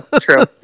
True